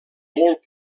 molt